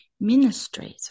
Ministries